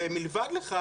מלבד זאת,